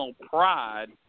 pride